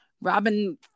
Robin